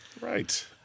Right